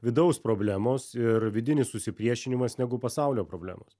vidaus problemos ir vidinis susipriešinimas negu pasaulio problemos